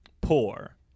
poor